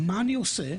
מה אני עושה?